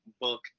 book